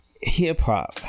hip-hop